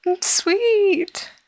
Sweet